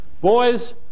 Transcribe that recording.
Boys